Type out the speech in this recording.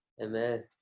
Amen